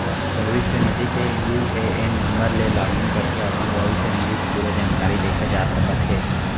भविस्य निधि के यू.ए.एन नंबर ले लॉगिन करके अपन भविस्य निधि के पूरा जानकारी देखे जा सकत हे